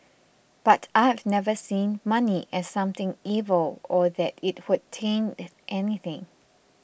but I have never seen money as something evil or that it would taint anything